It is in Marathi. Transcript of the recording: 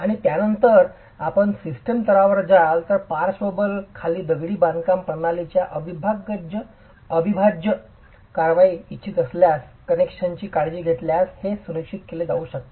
आणि त्यानंतर आपण सिस्टम स्तरावर जाल तर पार्श्व बल खाली दगडी बांधकाम प्रणालीची अविभाज्य कारवाई इच्छित असल्यास कनेक्शनची काळजी घेतल्यास हे सुनिश्चित केले जाऊ शकते